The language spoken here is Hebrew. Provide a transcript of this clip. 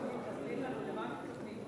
תסביר לנו מה מתכוונים,